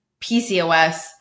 PCOS